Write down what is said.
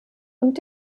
und